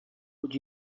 would